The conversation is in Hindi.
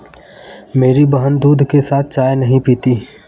मेरी बहन दूध के साथ चाय नहीं पीती